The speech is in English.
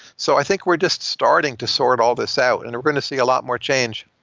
so i think we're just starting to sort all this out and we're going to see a lot more change